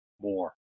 more